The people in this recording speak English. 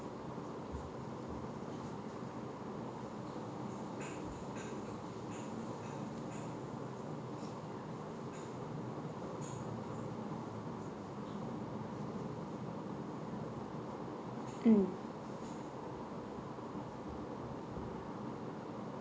mm